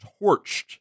torched